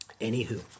Anywho